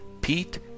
Pete